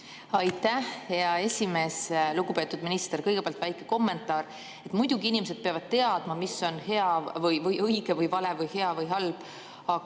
Aitäh, hea esimees! Lugupeetud minister! Kõigepealt väike kommentaar. Muidugi, inimesed peavad teadma, mis on õige või vale, hea või halb, aga